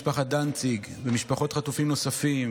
ואת משפחת דנציג ומשפחות חטופים נוספים,